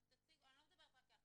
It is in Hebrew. אני לא מדברת רק אלייך,